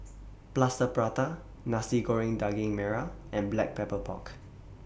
Plaster Prata Nasi Goreng Daging Merah and Black Pepper Pork